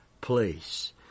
place